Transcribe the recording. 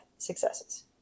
Successes